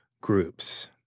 groups—